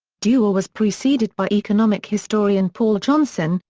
dewar was preceded by economic historian paul johnson,